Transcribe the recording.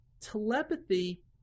Telepathy